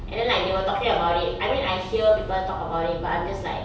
and then like they were talking about it I mean I hear people talk about it but I'm just like